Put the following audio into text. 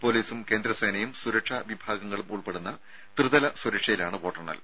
പൊലീസും കേന്ദ്രസേനയും സുരക്ഷാ വിഭാഗങ്ങളും ഉൾപ്പെടുന്ന ത്രിതല സുരക്ഷയിലാണ് വോട്ടെണ്ണൽ